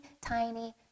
tiny